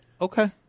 Okay